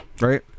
Right